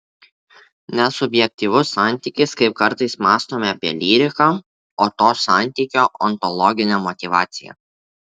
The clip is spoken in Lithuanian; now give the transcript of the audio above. ne subjektyvus santykis kaip kartais mąstome apie lyriką o to santykio ontologinė motyvacija